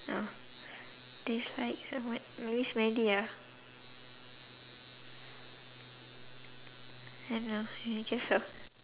uh dislike uh maybe smelly ah can ah uh just a